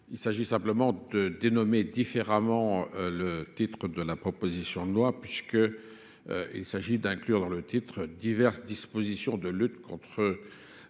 il s'agit simplement de dénomer différemment le titre de la proposition de loi puisque Il s'agit d'inclure dans le titre diverses dispositions de lutte contre